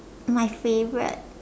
my favorite